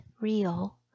real